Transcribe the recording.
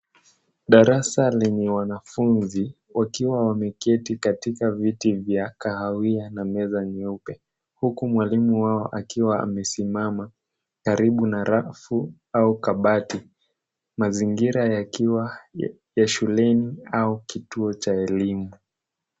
Darasa lenye wanafunzi wakiwa wameketi katika viti vya kahawia na meza nyeupe. Huku mwalimu wao akiwa amesimama karibu na rafu au kabati. Mazingira yakiwa ya shuleni au kituo cha elimu.